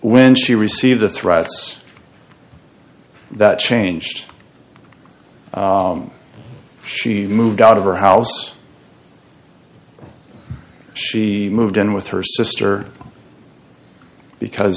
when she received the threats that changed she moved out of her house she moved in with her sister because